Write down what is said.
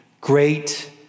Great